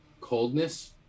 coldness